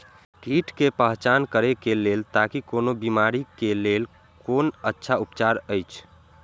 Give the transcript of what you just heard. कीट के पहचान करे के लेल ताकि कोन बिमारी के लेल कोन अच्छा उपचार अछि?